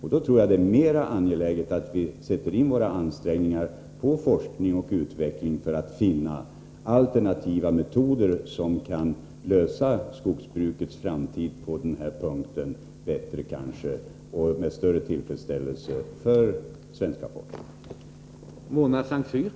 Är det då inte mer angeläget att vi sätter in våra ansträngningar på forskning och utveckling för att finna alternativa metoder som bättre tillfredsställer svenska folket och samtidigt tillgodoser skogsbruket?